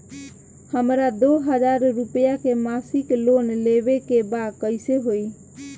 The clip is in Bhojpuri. हमरा दो हज़ार रुपया के मासिक लोन लेवे के बा कइसे होई?